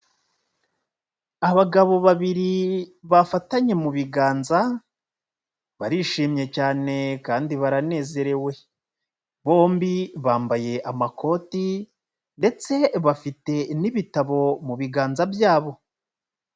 Abagabo babiri bafatanye mu biganza barishimye cyane kandi baranezerewe, bombi bambaye amakoti ndetse bafite n'ibitabo mu biganza byabo.